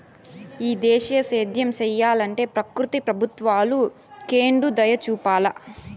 ఈ దేశీయ సేద్యం సెయ్యలంటే ప్రకృతి ప్రభుత్వాలు కెండుదయచూపాల